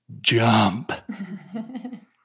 jump